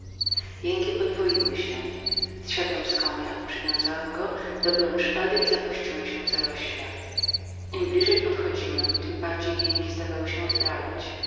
jęki podwoiły się zsiadłem z konia przywiązałem go dobyłem szpady i zapuściłem się w zarośle im bliżej podchodziłem tem bardziej jęki zdawały się oddalać